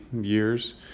years